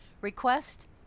request